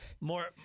More